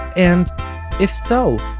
and if so,